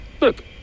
Look